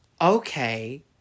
okay